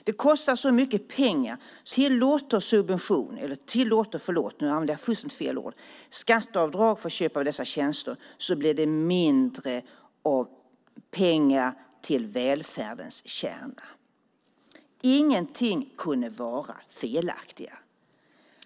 Det kostar så mycket pengar att om vi tillåter skatteavdrag för köp av dessa tjänster blir det mindre av pengar till välfärdens kärna. Ingenting kunde vara felaktigare.